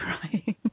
crying